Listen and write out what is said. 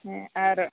ᱦᱮᱸ ᱟᱨ